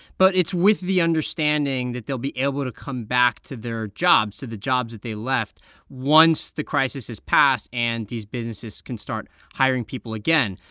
but it's with the understanding that they'll be able to come back to their jobs to the jobs that they left once the crisis has passed and these businesses can start hiring people again.